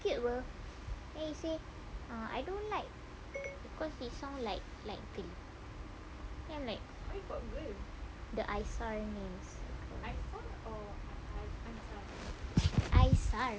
cute apa then he say I don't like because he sound like girl then I'm like the aisar name aisar